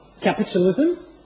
capitalism